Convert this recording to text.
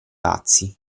pazzi